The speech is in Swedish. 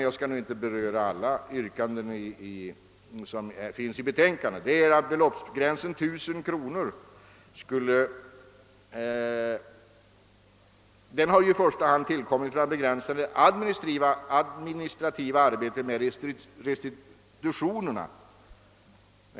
Jag skall inte beröra alla yrkanden, men jag vill säga några ord om det som gäller beloppsgränsen 1 000 kronor. Den har ju i första hand tillkommit för att begränsa det administrativa arbetet med restitutionen.